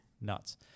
Nuts